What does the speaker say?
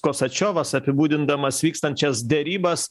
kosačiovas apibūdindamas vykstančias derybas